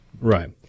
Right